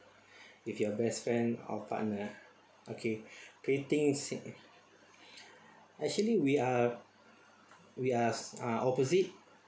with your best friend hor fun lah okay painting sing actually we are we are ah opposite